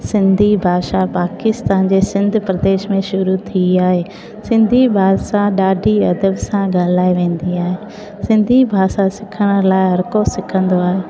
सिंधी भाषा पाकिस्तान जे सिंध प्रदेश में शुरू थी आहे सिंधी भाषा ॾाढी अदब सां ॻाल्हाए वेंदी आहे सिंधी भाषा सिखण लाइ हर कोई सिकंदो आहे